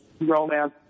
Romance